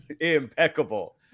impeccable